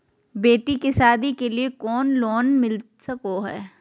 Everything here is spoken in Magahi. बेटी के सादी के लिए कोनो लोन मिलता सको है?